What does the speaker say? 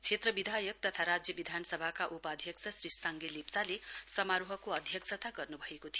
क्षेत्र विधायक तथा राज्य विधानसभाका उपाध्यक्ष श्री साङ्गे लेप्चाले समारोहको अध्यक्षता गर्न्भएको थियो